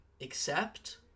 accept